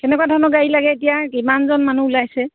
কেনেকুৱা ধৰণৰ গাড়ী লাগে এতিয়া কিমানজন মানুহ ওলাইছে